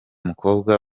mukobwa